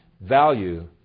Value